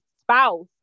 spouse